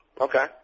Okay